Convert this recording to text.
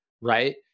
right